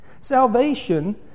Salvation